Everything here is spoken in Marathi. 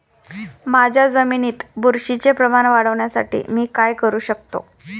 माझ्या जमिनीत बुरशीचे प्रमाण वाढवण्यासाठी मी काय करू शकतो?